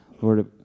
Lord